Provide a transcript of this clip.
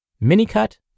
mini-cut